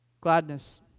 Gladness